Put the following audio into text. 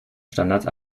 standards